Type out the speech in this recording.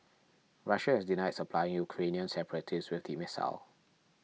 Russia has denied supplying Ukrainian separatists with the missile